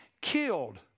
killed